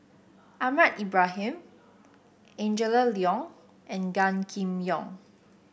Ahmad Ibrahim Angela Liong and Gan Kim Yong